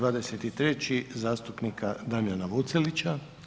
23. zastupnika Damjana Vucelića.